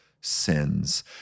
sins